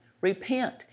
repent